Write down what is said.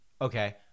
Okay